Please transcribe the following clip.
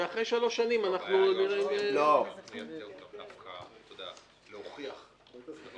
ואז נראה ------ אתה נותן